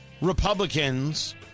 Republicans